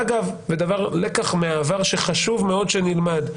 אגב, לקח מהעבר שחשוב מאוד שנלמד.